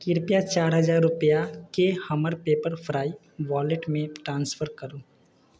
कृप्या चारि हजार रुपैआ केँ हमर पेपर फ्राई वॉलेटमे ट्रांसफर करू